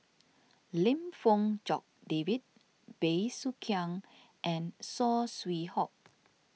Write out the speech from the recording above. Lim Fong Jock David Bey Soo Khiang and Saw Swee Hock